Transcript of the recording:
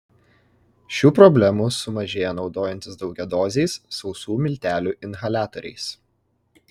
šių problemų sumažėja naudojantis daugiadoziais sausų miltelių inhaliatoriais